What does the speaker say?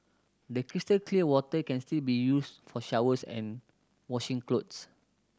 the crystal clear water can still be used for showers and washing clothes